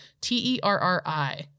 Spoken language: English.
T-E-R-R-I